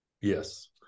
Yes